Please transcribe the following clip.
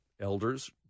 elders